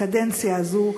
בקדנציה הזאת,